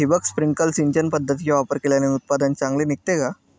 ठिबक, स्प्रिंकल सिंचन पद्धतीचा वापर केल्याने उत्पादन चांगले निघते का?